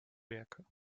werke